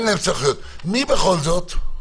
מי בכל זאת?